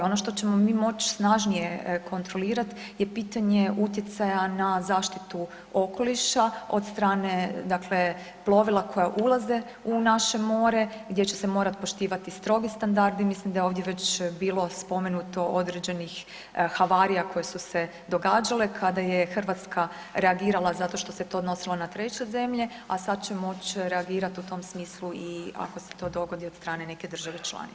Ono što ćemo mi moć snažnije kontrolirat je pitanje utjecaja na zaštitu okoliša od strane dakle plovila koja ulaze u naše more, gdje će se morati poštovati strogi standardi, mislim da je ovdje već bilo spomenuto određenih havarija koje su se događali kada je Hrvatska reagirala zato što se to odnosilo na treće zemlje a sad će moć reagirat u tom smislu i ako se to dogodi od strane neke države članice.